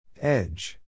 Edge